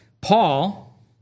Paul